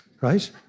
right